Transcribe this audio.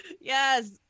Yes